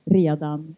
redan